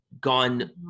gone